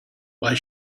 why